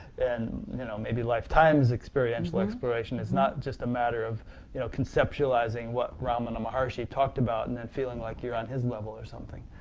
and you know maybe lifetimes experiential exploration. it is not just a matter of you know conceptualizing what ramana maharishi talked about and then feeling like you are on his level or something.